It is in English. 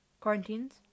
quarantines